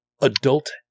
adult